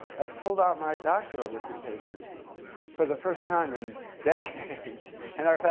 i pulled out my doctoral dissertation for the first time and decades and i thought,